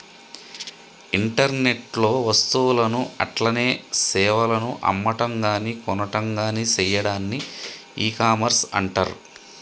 internet లో వస్తువులను అట్లనే సేవలను అమ్మటంగాని కొనటంగాని సెయ్యాడాన్ని ఇకామర్స్ అంటర్